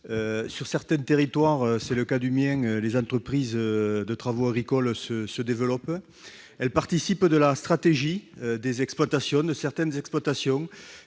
Sur certains territoires, c'est le cas du mien, les entreprises de travaux agricoles se développent. Elles participent de la stratégie de certaines exploitations.